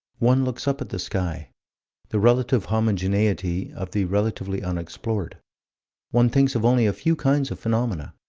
one looks up at the sky the relative homogeneity of the relatively unexplored one thinks of only a few kinds of phenomena.